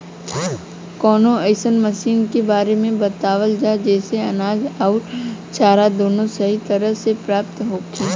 कवनो अइसन मशीन के बारे में बतावल जा जेसे अनाज अउर चारा दोनों सही तरह से प्राप्त होखे?